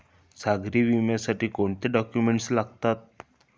सागरी विम्यासाठी कोणते डॉक्युमेंट्स लागतात?